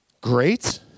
great